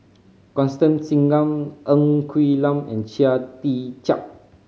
Constance Singam Ng Quee Lam and Chia Tee Chiak